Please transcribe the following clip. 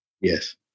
Yes